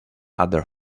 other